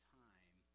time